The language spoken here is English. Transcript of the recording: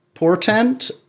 portent